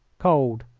cold,